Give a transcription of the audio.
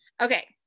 Okay